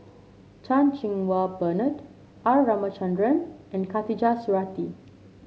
Chan Cheng Wah Bernard R Ramachandran and Khatijah Surattee